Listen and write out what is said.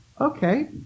Okay